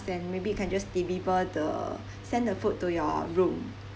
then maybe we can just deliver the send the food to your room